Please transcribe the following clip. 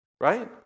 right